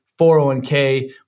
401k